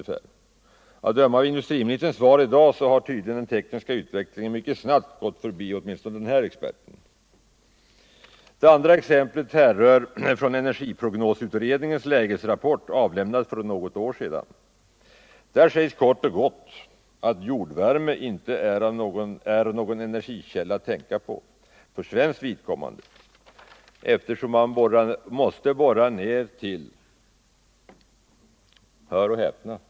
Att döma av industriministerns svar i dag har den tekniska utvecklingen tydligen mycket snabbt gått förbi åtminstone den här experten. Det andra exemplet härrör från energiprognosutredningens lägesrapport, avlämnad för något år sedan. Där sägs kort och gott att jordvärme inte är någon energikälla att tänka på för svenskt vidkommande, eftersom man måste borra ner till — hör och häpna!